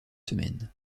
semaine